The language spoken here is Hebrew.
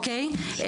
אוקיי?